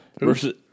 versus